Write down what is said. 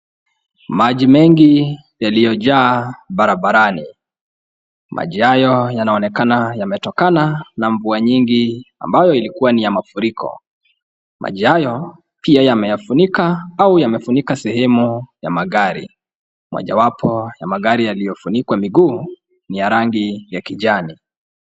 Maji mengi yaliyojaa barabarani , maji hayo yanaonekana yametokana na mvua nyingi ambayo ilikuwa ni ya mafuriko, maji hayo pia yameyafunika au yamefunika sehemu ya magari , moja wapo ya magari yaliyofunikwa miguu ni ya rangi ya kijani.